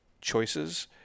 choices